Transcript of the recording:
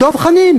את דב חנין.